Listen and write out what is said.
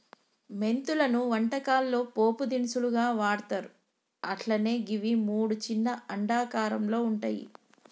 మెంతులను వంటకాల్లో పోపు దినుసుగా వాడ్తర్ అట్లనే గివి మూడు చిన్న అండాకారంలో వుంటయి